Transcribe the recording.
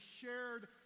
shared